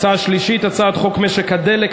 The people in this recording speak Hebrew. ההצעה השלישית היא הצעת חוק משק הדלק,